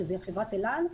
שזאת חברת אל-על,